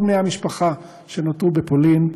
כל בני המשפחה שנותרו בפולין,